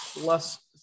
plus